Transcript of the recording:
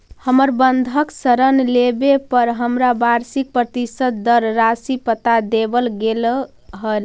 हमर बंधक ऋण लेवे पर हमरा वार्षिक प्रतिशत दर राशी बता देवल गेल हल